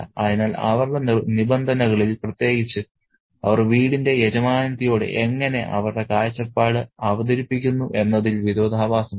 അതിനാൽ അവരുടെ നിബന്ധനകളിൽ പ്രത്യേകിച്ച് അവർ വീടിന്റെ യജമാനത്തിയോട് എങ്ങനെ അവരുടെ കാഴ്ചപ്പാട് അവതരിപ്പിക്കുന്നു എന്നതിൽ വിരോധാഭാസമുണ്ട്